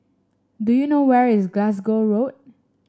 do you know where is Glasgow Road